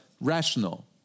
rational